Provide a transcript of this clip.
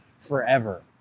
forever